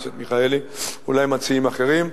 אולי מציעים אחרים,